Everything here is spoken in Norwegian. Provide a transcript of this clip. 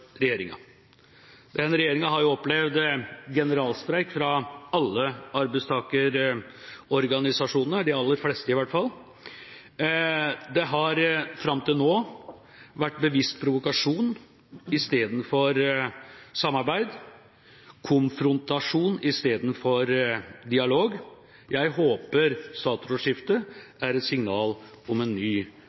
regjeringa. Denne regjeringa har opplevd generalstreik fra i hvert fall de aller fleste arbeidstakerorganisasjonene. Det har fram til nå vært bevisst provokasjon istedenfor samarbeid, konfrontasjon istedenfor dialog. Jeg håper statsrådsskiftet er et signal om en ny